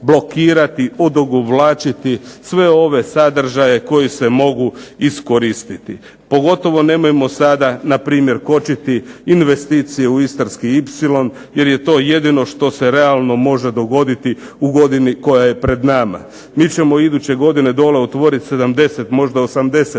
blokirati, odugovlačiti sve ove sadržaje koji se mogu iskoristiti. Pogotovo nemojmo sada na primjer kočiti investicije u istarski ipsilon jer je to jedino što se realno može dogoditi u godini koja je pred nama. Mi ćemo iduće godine dole otvoriti 70, možda 80 km